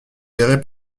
géré